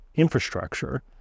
Infrastructure